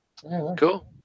cool